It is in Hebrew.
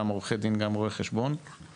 גם לעורכי דין וגם לרואי חשבון ובהמשך